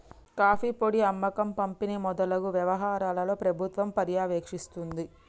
coffee పొడి అమ్మకం పంపిణి మొదలగు వ్యవహారాలను ప్రభుత్వం పర్యవేక్షిస్తుంది